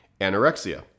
Anorexia